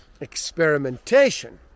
Experimentation